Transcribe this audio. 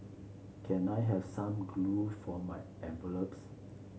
can I have some glue for my envelopes